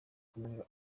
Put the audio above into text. kumwe